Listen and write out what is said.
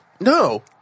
no